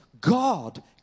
God